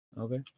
Okay